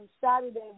Saturday